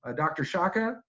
dr. sciacca,